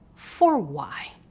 for why?